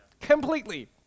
completely